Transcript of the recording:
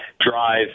Drive